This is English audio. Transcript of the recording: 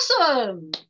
Awesome